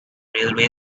railway